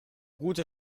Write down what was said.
gute